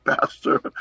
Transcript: pastor